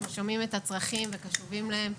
אנחנו שומעים את הצרכים וקשובים להם,